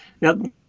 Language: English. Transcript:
Now